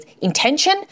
intention